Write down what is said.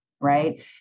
right